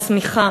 צמיחה,